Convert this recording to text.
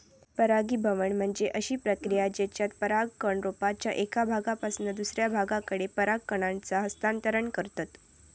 परागीभवन म्हणजे अशी प्रक्रिया जेच्यात परागकण रोपाच्या एका भागापासून दुसऱ्या भागाकडे पराग कणांचा हस्तांतरण करतत